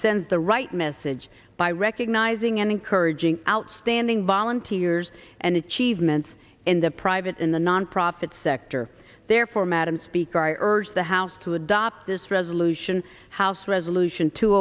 sent the right message by recognizing and encouraging outstanding volunteers and achievements in the private in the nonprofit sector therefore madam speaker i urge the house to adopt this resolution house resolution t